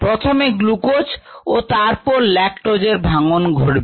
প্রথমে গ্লুকোজ ও তারপর ল্যাকটোজের ভাঙ্গন ঘটবে